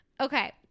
okay